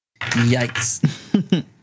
Yikes